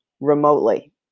remotely